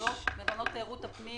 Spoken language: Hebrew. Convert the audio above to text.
מלונות תיירות הפנים,